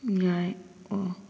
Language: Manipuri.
ꯌꯥꯏ ꯑꯣ ꯑꯣ